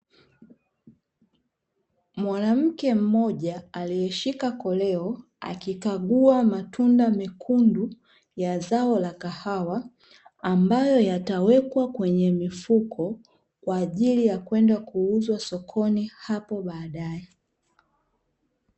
Mwanamke mmoja aliyeshika koleo akikagua matunda mekundu ya zao la kahawa, ambayo yatawekwa kwenye mifuko kwa ajili ya kwenda kuuza sokoni hapo baadae.